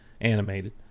animated